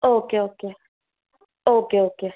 okay okay okay okay